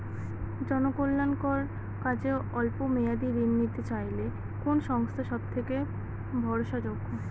জনকল্যাণকর কাজে অল্প মেয়াদী ঋণ নিতে চাইলে কোন সংস্থা সবথেকে ভরসাযোগ্য?